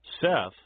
Seth